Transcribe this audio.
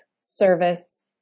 service